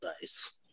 dice